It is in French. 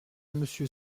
monsieur